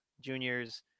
juniors